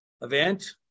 event